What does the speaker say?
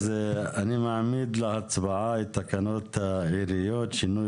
אז אני מעמיד להצבעה את תקנות העיריות (שינוי